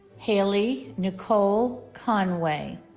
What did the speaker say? hailey nicole conway